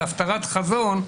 בהפטרת חזון,